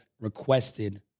requested